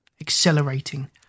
accelerating